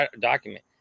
document